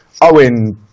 Owen